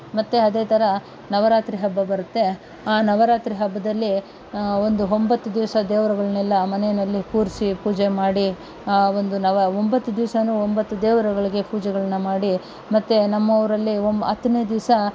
ಮತ್ತೆ ಅದೇ ಥರ ನವರಾತ್ರಿ ಹಬ್ಬ ಬರುತ್ತೆ ಆ ನವರಾತ್ರಿ ಹಬ್ಬದಲ್ಲಿ ಒಂದು ಒಂಬತ್ತು ದಿವಸ ದೇವರುಗಳನೆಲ್ಲ ಮನೆಯಲ್ಲಿ ಕೂರಿಸಿ ಪೂಜೆ ಮಾಡಿ ಆ ಒಂದು ನವ ಒಂಬತ್ತು ದಿವಸವೂ ಒಂಬತ್ತು ದೇವರುಗಳಿಗೆ ಪೂಜೆಗಳನ್ನ ಮಾಡಿ ಮತ್ತೆ ನಮ್ಮ ಊರಲ್ಲಿ ಒಮ್ ಹತ್ತನೇ ದಿವಸ